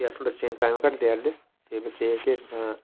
के अस्स बच्चें गी टाइम घट्ट देआ रदे ते बच्चे